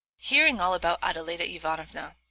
hearing all about adeladda ivanovna,